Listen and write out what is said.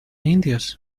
indios